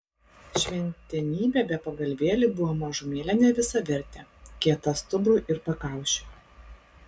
šventenybė be pagalvėlių buvo mažumėlę nevisavertė kieta stuburui ir pakaušiui